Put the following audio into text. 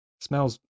Smells